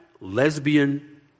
lesbian